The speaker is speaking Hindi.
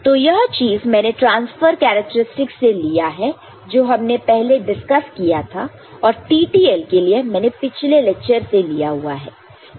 तो यह चीज मैंने ट्रांसफर कैरेक्टरस्टिक से लिया है जो हमने पहले डिस्कस किया था और TTL के लिए मैंने पिछले लेक्चर से लिया हुआ है